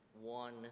one